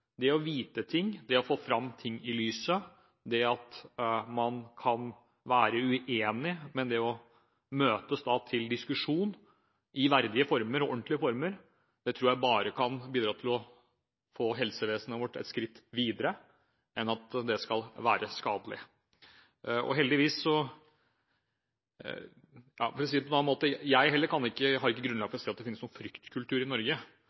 Det å vite ting, det å få ting fram i lyset, det at man kan være uenig, men likevel kan møtes til diskusjon i verdige og ordentlige former, tror jeg bare kan bidra til å få helsevesenet vårt et skritt videre, snarere enn at det skal være skadelig. Heller ikke jeg har grunnlag for å si at det finnes noen fryktkultur i Norge.